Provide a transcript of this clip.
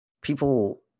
people